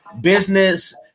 Business